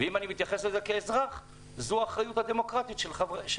ואם אני מתייחס לזה כאזרח זאת האחריות הדמוקרטית של הכנסת